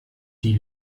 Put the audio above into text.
die